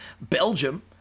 Belgium